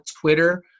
Twitter